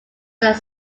that